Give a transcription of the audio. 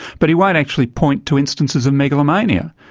but he won't actually point to instances of megalomania.